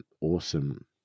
awesome